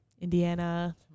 Indiana